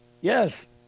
Yes